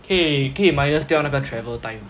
可以可以 minus 掉那个 travel time